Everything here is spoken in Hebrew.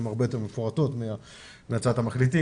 הן הרבה יותר מפורטות מהצעת המחליטים